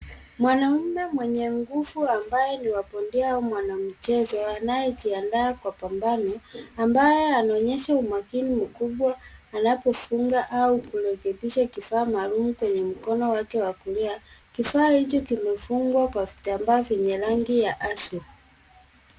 Mwanaume mwenye nguvu ambaye ni wa bondia au mwanamchezo anayejiandaa kwa pambano, ambaye anaonyesha umakini mkubwa anapofunga au kurekebisha kifaa maalum kwenye mkono wake wa kulia. Kifaa hicho kimefungwa kwa vitambaa vyenye rangi ya asili.